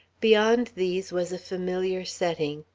beyond these was a familiar setting,